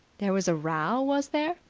there was a row, was there?